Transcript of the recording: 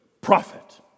prophet